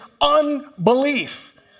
unbelief